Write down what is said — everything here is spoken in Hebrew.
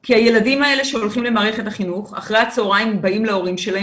כי הילדים האלה שהולכים למערכת החינוך אחרי הצהריים באים להורים שלהם